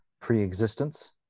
pre-existence